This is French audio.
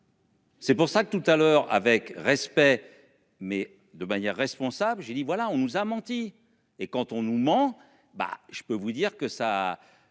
C'est pour ça que tout à l'heure avec respect mais de manière responsable, j'ai dit voilà, on nous a menti et quand on nous ment. Bah je peux vous dire que ça